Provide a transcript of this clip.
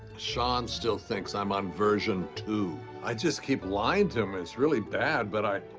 shawn still thinks i'm on version two. i just keep lying to him. it's really bad but i